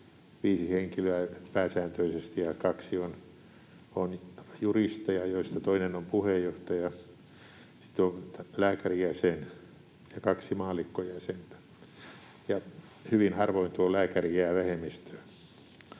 viisi henkilöä pääsääntöisesti, kaksi on juristeja, joista toinen on puheenjohtaja, sitten on lääkärijäsen ja kaksi maallikkojäsentä, ja hyvin harvoin tuo lääkäri jää vähemmistöön.